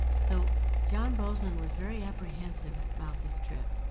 so john bozeman was very apprehensive about this trip.